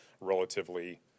relatively